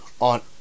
on